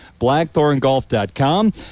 Blackthorngolf.com